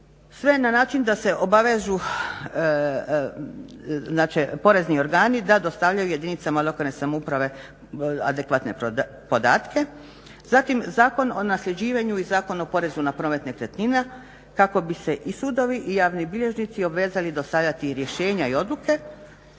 sve na način da se obavežu znači porezni organi da dostavljaju jedinicama lokalne samouprave adekvatne podatke, zatim Zakon o nasljeđivanju i Zakon o porezu na promet nekretnina kako bi se i sudovi i javni bilježnici obvezali dostavljati rješenja i odluke.